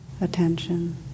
attention